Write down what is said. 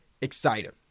excited